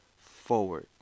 forward